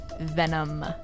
Venom